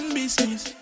business